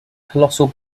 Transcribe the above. colossal